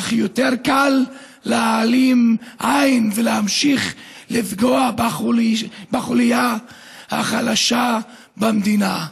אך יותר קל להעלים עין ולהמשיך לפגוע בחוליה החלשה במדינה.